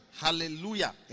Hallelujah